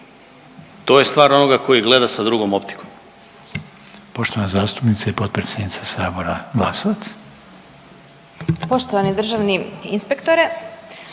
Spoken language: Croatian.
to je stvar onoga koji gleda sa drugom optikom.